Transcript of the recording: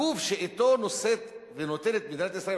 הגוף שאתו נושאת ונותנת מדינת ישראל,